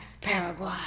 Paraguay